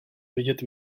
vidět